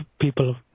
people